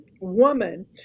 woman